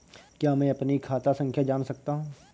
क्या मैं अपनी खाता संख्या जान सकता हूँ?